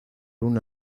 una